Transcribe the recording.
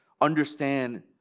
understand